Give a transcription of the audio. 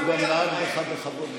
הוא גם נהג בך בכבוד גדול.